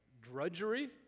Drudgery